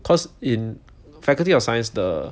cause in faculty of science the